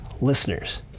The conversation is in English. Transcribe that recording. listeners